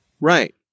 right